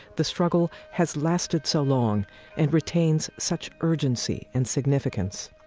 the struggle has lasted so long and retains such urgency and significance.